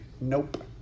nope